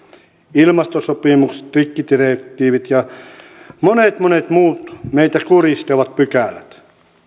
ilmastosopimukset rikkidirektiivit ja monet monet muut meitä kurjistavat pykälät